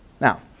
Now